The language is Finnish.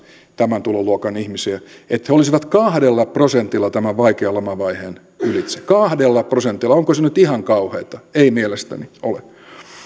tämän tuloluokan ihmisiä olisi kahdella prosentilla tämän vaikean lamavaiheen ylitse kahdella prosentilla onko se nyt ihan kauheata ei mielestäni ole